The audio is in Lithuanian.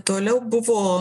toliau buvo